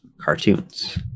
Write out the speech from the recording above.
cartoons